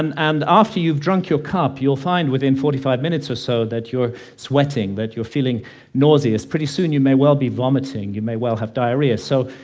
and and after you've drunk your cup you'll find within forty five minutes or so that you're sweating, that you're feeling nauseous. pretty soon you may well be vomiting, you may have diarrhoea, so,